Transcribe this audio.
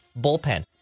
bullpen